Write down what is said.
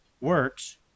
works